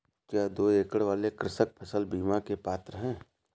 क्या दो एकड़ वाले कृषक फसल बीमा के पात्र हैं?